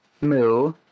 moo